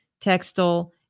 textile